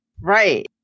Right